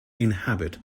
inhabit